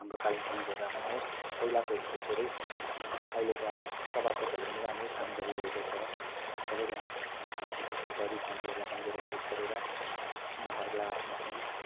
हाम्रो कालिम्पोङ जग्गामा हो पहिलाको हेरि धेरै अहिलेको अब सभासदहरूले पनि राम्रै काम गरिरहेको छ सबैलाई आफ्नो अब जस्तो गरिब मान्छेहरूलाई पनि हेल्प गरेर उहाँहरूलाई आफ्नो आफ्नो